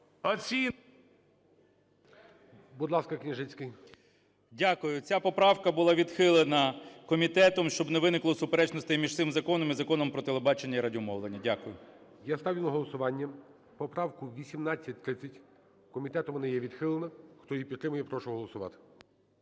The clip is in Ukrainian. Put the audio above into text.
Дякую. Ця поправка була відхилена комітетом, щоб не виникло суперечностей між цим законом і Законом "Про телебачення і радіомовлення". Дякую. ГОЛОВУЮЧИЙ. Я ставлю на голосування поправку 1830. Комітетом вона є відхилена. Хто її підтримує, я прошу голосувати.